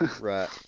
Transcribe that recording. Right